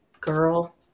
Girl